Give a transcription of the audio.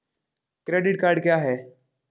Credit card क्या है?